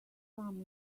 come